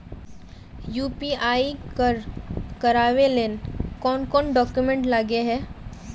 UPI कर करावेल कौन कौन डॉक्यूमेंट लगे है?